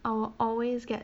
I will always get